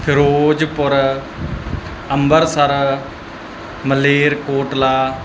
Firozpur Ambarsar Malerkotla